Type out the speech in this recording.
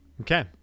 Okay